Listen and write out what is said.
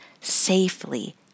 safely